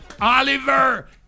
Oliver